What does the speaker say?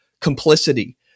complicity